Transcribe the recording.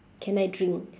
can I drink